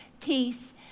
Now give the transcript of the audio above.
peace